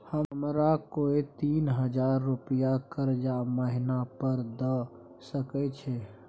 हमरा कोय तीन हजार रुपिया कर्जा महिना पर द सके छै?